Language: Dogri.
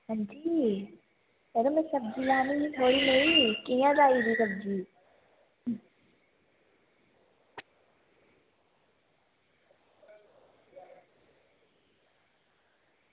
अंजी मड़ो में सब्ज़ी लैनी ही थोहेड़ी नेहीं कियां लाई दी सब्ज़ी